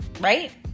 right